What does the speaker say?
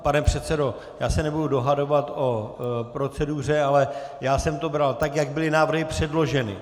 Pane předsedo, já se nebudu dohadovat o proceduře, ale já jsem to bral tak, jak byly návrhy předloženy.